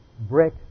brick